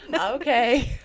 okay